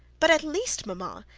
but at least, mama,